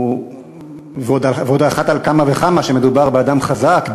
ועוד על אחת כמה וכמה שמדובר באדם חזק,